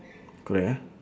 correct ah